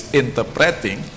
interpreting